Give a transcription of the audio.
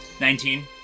Nineteen